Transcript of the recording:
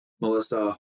Melissa